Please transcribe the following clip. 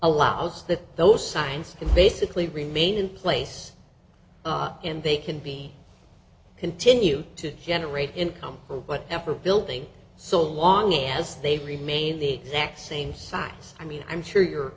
that those signs and basically remain in place and they can be continued to generate income for whatever building so long as they remain the exact same size i mean i'm sure you're